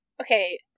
okay